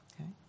Okay